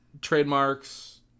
trademarks